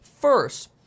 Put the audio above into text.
first